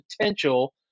potential